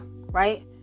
right